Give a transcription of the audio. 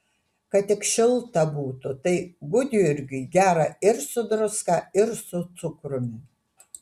kad tik šilta būtų tai gudjurgiui gera ir su druska ir su cukrumi